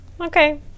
Okay